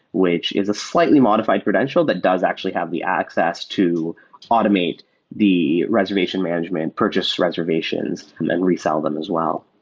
which is a slightly modified credential that does actually have the access to automate the reservation management, purchase reservations and resell them as well